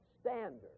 standard